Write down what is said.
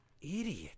Idiot